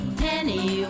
penny